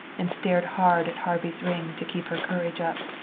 and stared hard at harvey's ring to keep her courage up.